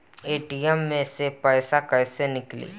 ATM से पैसा कैसे नीकली?